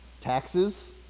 Taxes